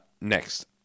Next